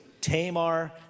Tamar